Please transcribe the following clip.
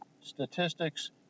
statistics